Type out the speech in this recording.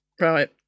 Right